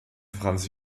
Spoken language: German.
franz